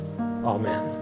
Amen